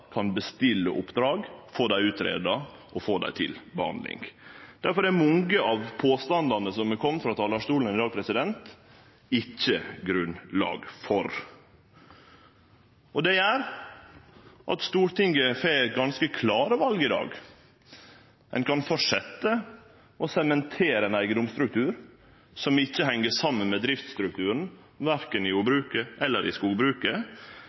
kan bestille oppdrag, få dei greidde ut og få dei til behandling. Difor er det ikkje grunnlag for mange av påstandane som er komne frå talarstolen i dag. Det gjer at Stortinget får ganske klare val i dag. Ein kan fortsetje å sementere ein eigedomsstruktur som ikkje heng saman med driftsstrukturen verken i jordbruket eller i skogbruket,